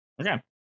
Okay